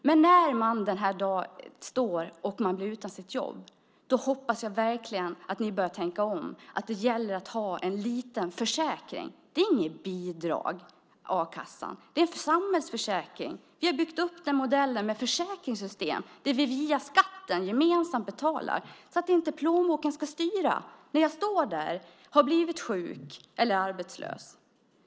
Men den dag man blir utan jobb hoppas jag verkligen att ni tänker om. Det gäller att ha en liten försäkring. A-kassan är inte något bidrag. Det är en samhällsförsäkring. Vi har byggt upp modellen med försäkringssystem där vi via skatten gemensamt betalar så att inte plånboken ska styra när man har blivit sjuk eller arbetslös.